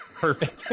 perfect